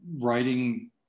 writing